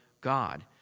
God